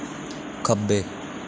खब्बै